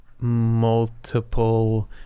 multiple